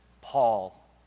Paul